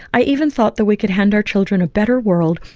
i even thought that we could hand our children a better world,